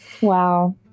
wow